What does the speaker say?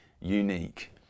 unique